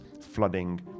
flooding